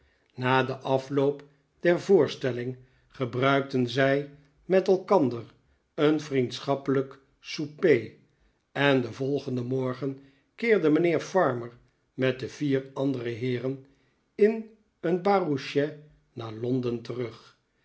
na den afloop der voorstelling gebruikten z met elkander een vriendschappelijk souper en den volgenden morgen keerde mijnheer parmer met de vier andere heeren in eene barouchet naar londen terug